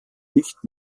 nicht